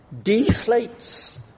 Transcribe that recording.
deflates